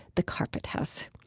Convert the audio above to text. the carpet house.